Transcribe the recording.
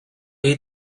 jej